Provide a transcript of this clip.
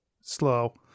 slow